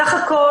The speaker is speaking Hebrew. בסך הכול,